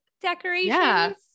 decorations